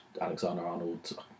Alexander-Arnold